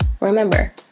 Remember